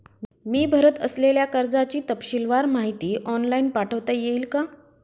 मी भरत असलेल्या कर्जाची तपशीलवार माहिती ऑनलाइन पाठवता येईल का?